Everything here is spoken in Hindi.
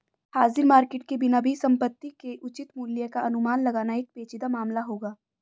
हाजिर मार्केट के बिना भी संपत्ति के उचित मूल्य का अनुमान लगाना एक पेचीदा मामला होगा